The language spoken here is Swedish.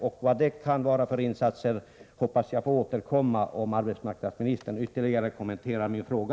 Vilka de insatserna kan vara hoppas jag få återkomma till — dvs. om arbetsmarknadsministern ytterligare kommenterar min fråga.